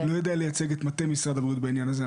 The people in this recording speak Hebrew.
אני לא יודע לייצג את מטה משרד הבריאות בעניין הזה.